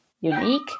unique